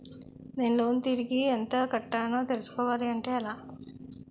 నేను లోన్ తిరిగి ఎంత కట్టానో తెలుసుకోవాలి అంటే ఎలా?